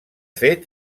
fet